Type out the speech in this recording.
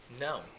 No